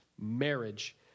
Marriage